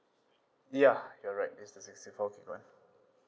ya correct it's the sixty four gigabyte [one]